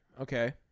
Okay